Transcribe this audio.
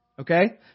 Okay